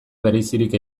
berezirik